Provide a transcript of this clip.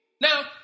now